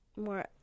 more